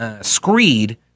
screed